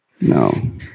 No